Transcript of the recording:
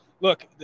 Look